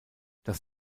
das